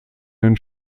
den